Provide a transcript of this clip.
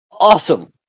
Awesome